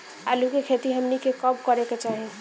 आलू की खेती हमनी के कब करें के चाही?